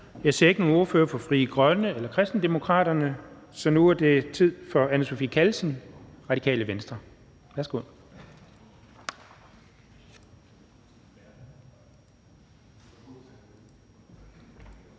Jeg ser ikke nogen ordfører for Frie Grønne eller for Kristendemokraterne, så nu er det tid til fru Anne Sophie Callesen, Radikale Venstre. Værsgo.